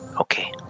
Okay